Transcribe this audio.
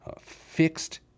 fixed